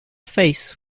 face